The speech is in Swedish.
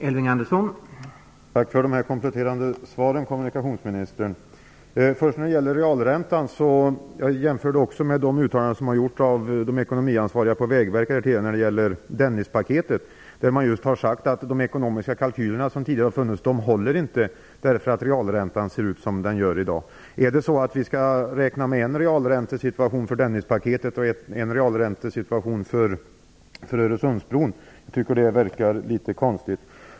Herr talman! Tack för de kompletterande svaren, kommunikationsministern. När det gäller realräntan jämförde jag också med de uttalanden som har gjorts om Dennispaketet av de ekonomiansvariga på Vägverket, som just har sagt att de tidigare ekonomiska kalkylerna inte håller, därför att realräntan ser ut som den gör i dag. Skall vi räkna med en realräntesituation för Dennispaketet och en annan realräntesituation för Öresundsbron? Det verkar konstigt.